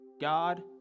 God